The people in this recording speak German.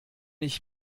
ich